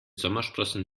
sommersprossen